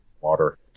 water